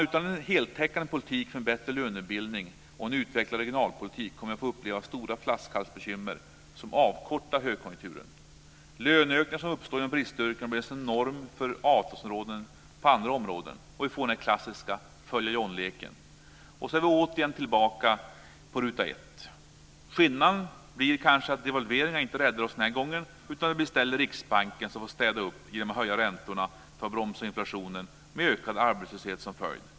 Utan en heltäckande politik för en bättre lönebildning och en utvecklad regionalpolitik kommer vi att få uppleva stora flaskhalsbekymmer som förkortar högkonjunkturen. Löneökningar som uppstår inom bristyrken blir sedan norm för andra avtalsområden, och vi får den klassiska Följa Johnleken. Och så är vi återigen tillbaka på ruta 1. Skillnaden blir kanske att devalveringar inte räddar oss den här gången utan att det blir i stället Riksbanken som får städa upp genom att höja räntorna för att bromsa inflationen med ökad arbetslöshet som följd.